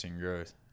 growth